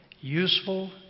useful